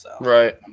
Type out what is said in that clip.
Right